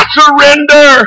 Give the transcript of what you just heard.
surrender